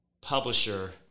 publisher